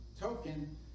token